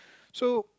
so